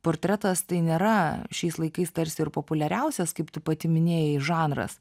portretas tai nėra šiais laikais tarsi ir populiariausias kaip tu pati minėjai žanras